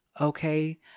okay